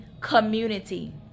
community